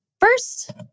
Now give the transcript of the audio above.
First